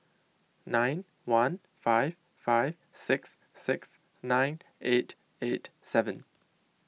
nine one five five six six nine eight eight seven